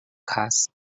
cas